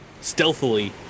stealthily